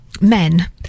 Men